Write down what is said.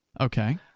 okay